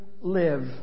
live